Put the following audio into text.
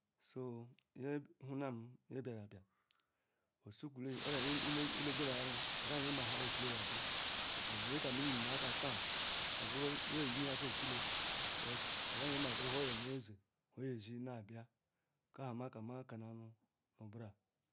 So nye hunam nye bia ruabia osokwule odu, ilejileya aya ala nye ma ehekili yobu mobu nyekam eyunu aka taan obure enye yeyini aka ekile because odu nye magu ruwhor yomueze nuhu oyizi na bia, ka bu maka maa kanu anu nbram.